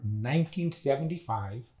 1975